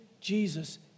Jesus